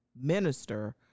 minister